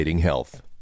health